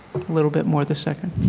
a little bit more of the second.